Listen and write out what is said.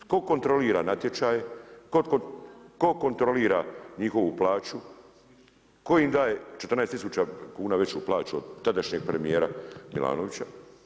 Tko kontrolira natječaj, tko kontrolira njihovu plaću, tko im daje 14 tisuća kuna veću plaću od tadašnjeg premijera Milanovića?